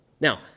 Now